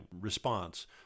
response